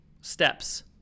Steps